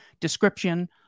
description